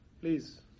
please